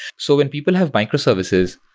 so when people have microservices,